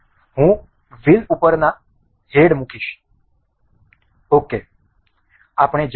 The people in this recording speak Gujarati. હું વ્હીલ ઉપરના હેડ મૂકીશ ok આપણે જઈશું